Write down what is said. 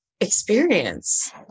experience